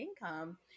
income